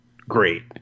great